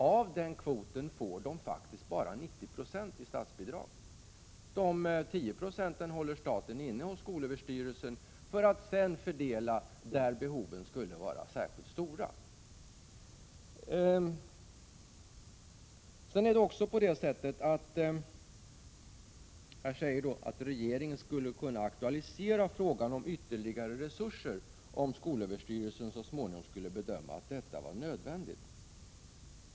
Av den kvoten får de bara 90 90 i statsbidrag. 10 26 håller staten inne hos skolöverstyrelsen för att sedan fördela pengarna där behoven är särskilt stora. I svaret sägs att regeringen skulle kunna aktualisera frågan om ytterligare resurser om skolöverstyrelsen så småningom bedömer att detta är nödvändigt.